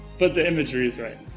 but the imagery is right.